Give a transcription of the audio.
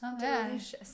Delicious